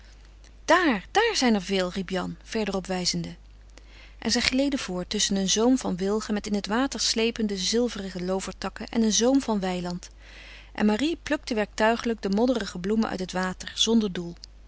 daar daar zijn er veel riep jan verderop wijzende en zij gleden voort tusschen een zoom van wilgen met in het water slepende zilverige loovertakken en een zoom van weiland en marie plukte werktuiglijk de modderige bloemen uit het water zonder doel